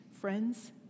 Friends